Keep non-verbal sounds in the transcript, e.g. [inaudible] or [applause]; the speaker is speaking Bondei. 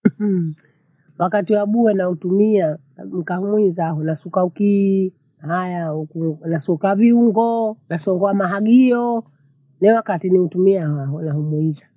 [hesitation] Wakati wa bure nautumia nikahuwezao nasuka ukili haya, uku nasuka viungo, nasongoa mahagio. Newakati niutumiao haya hoa humuiza.